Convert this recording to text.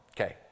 okay